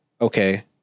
okay